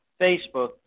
Facebook